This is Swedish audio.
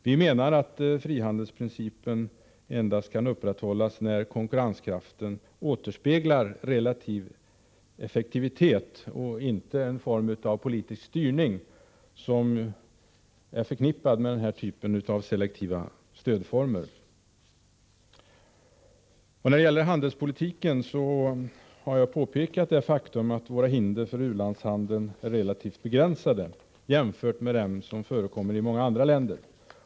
Vi menar att frihandelsprincipen endast kan upprätthållas när konkurrenskraften återspeglar relativ effektivitet och inte genom en form av politisk styrning, som förknippas med selektivt stöd av den här typen. När det gäller handelspolitiken har jag påpekat det faktum att våra hinder för u-landshandeln är relativt begränsade jämfört med dem som förekommer i många andra länder.